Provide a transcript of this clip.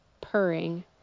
purring